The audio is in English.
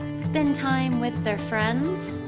spend time with their friends.